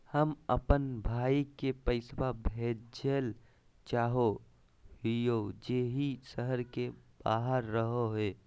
हम अप्पन भाई के पैसवा भेजल चाहो हिअइ जे ई शहर के बाहर रहो है